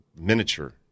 miniature